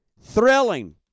thrilling